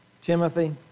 Timothy